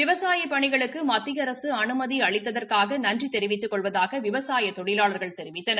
விவசாய பணிகளுக்கு மத்திய அரசு அனுமதி அளித்ததற்காக நன்றி தெரிவித்துக் கொள்வதாக விவசாய தொழிலாளர்கள் தெரிவித்தனர்